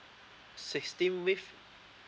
sixteen weeks